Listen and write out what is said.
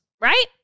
right